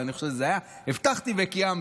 אבל אני חושב שזה היה: הבטחתי וקיימתי,